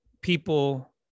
people